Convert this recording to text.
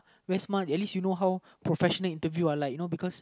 wear smart at least you know how professional interview are like